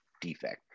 defect